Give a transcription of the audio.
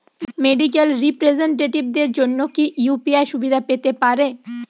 Medical রিপ্রেজন্টেটিভদের জন্য কি ইউ.পি.আই সুবিধা পেতে পারে?